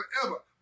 forever